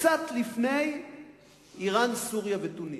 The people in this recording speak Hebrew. קצת לפני אירן, סוריה ותוניסיה.